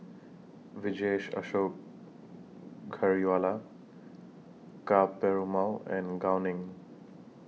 Vijesh Ashok Ka Perumal and Gao Ning